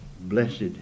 blessed